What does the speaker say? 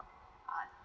uh